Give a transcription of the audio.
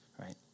right